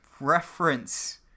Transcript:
reference